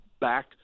back